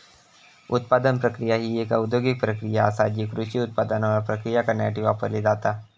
उत्पादन प्रक्रिया ही एक औद्योगिक प्रक्रिया आसा जी कृषी उत्पादनांवर प्रक्रिया करण्यासाठी वापरली जाता